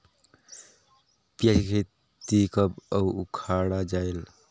पियाज के खेती कब अउ उखाड़ा जायेल?